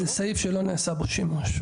זה סעיף שלא נעשה בו שימוש.